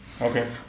okay